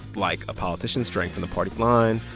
like a politician straying from the party line,